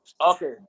Okay